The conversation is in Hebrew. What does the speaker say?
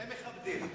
זה, מכבדים.